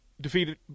Defeated